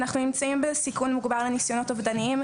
אנחנו נמצאים בסיכון מוגבר לניסיונות אובדניים,